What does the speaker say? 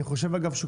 אני חושב אגב,